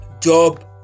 job